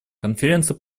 конференция